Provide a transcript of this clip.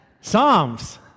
Psalms